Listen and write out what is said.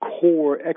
core